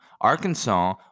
Arkansas